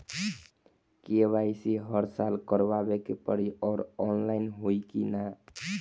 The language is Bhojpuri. के.वाइ.सी हर साल करवावे के पड़ी और ऑनलाइन होई की ना?